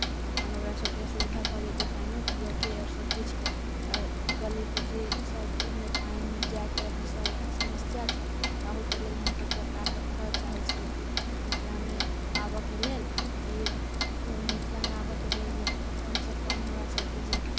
अपन ओकरासभके सुविधा भऽ जेतै पानिओ पीयऽ के आओर सभकिछुके आओर गली कूची सभमे पानि जायके अभी स समस्या छै अहूके लेल हमसभ सरकारसँ कहय चाहै छी कि मिथिलामे आबयके लेल कि मिथिलामे आबयके लेल जे कमसँ कम हमरासभके जे